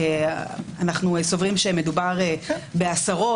אנו סוברים שמדובר בעשרות.